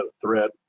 threat